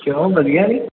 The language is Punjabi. ਕਿਉਂ ਵਧੀਆ ਨੀ